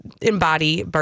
embody